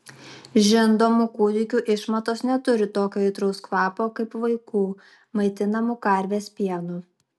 žindomų kūdikių išmatos neturi tokio aitraus kvapo kaip vaikų maitinamų karvės pienu